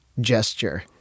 gesture